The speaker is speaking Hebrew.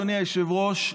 אדוני היושב-ראש,